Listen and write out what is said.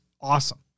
awesome